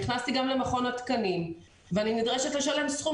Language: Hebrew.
נכנסתי גם למכון התקנים ואני נדרשת לשלם סכום